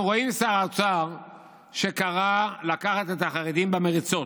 אנחנו רואים שר אוצר שקרא לקחת את החרדים במריצות,